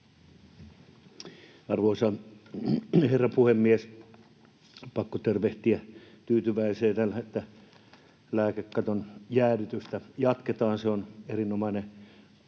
Arvoisa herra puhemies! Pakko tervehtiä tyytyväisenä sitä, että lääkekaton jäädytystä jatketaan. Se on erinomainen asia